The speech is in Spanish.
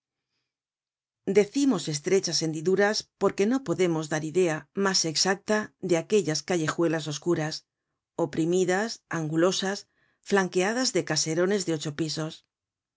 decimos estrechas hendiduras porque no podemos dar idea mas exacta de aquellas callejuelas oscuras oprimidas angulosas flanqueadas de caserones de ocho pisos